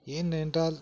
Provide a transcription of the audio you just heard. ஏன் என்றால்